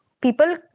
people